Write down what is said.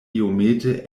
iomete